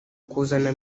kuzana